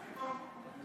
עכשיו?